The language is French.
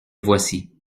voici